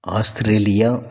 Australia